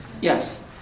Yes